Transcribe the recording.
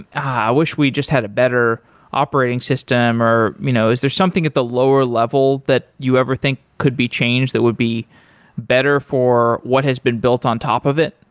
i wish we just had a better operating system. you know is there something at the lower level that you ever think could be changed that would be better for what has been built on top of it?